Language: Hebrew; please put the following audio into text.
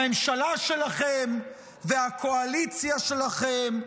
הממשלה שלכם והקואליציה שלכם,